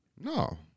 No